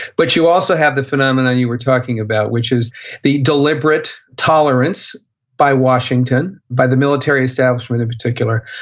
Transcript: but you also have the phenomenon you were talking about, which is the deliberate tolerance by washington, by the military establishment in particular,